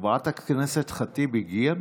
חברת הכנסת ח'טיב, הגיעה?